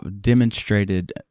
demonstrated